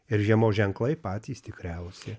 ir žiemos ženklai patys tikriausi